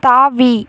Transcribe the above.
தாவி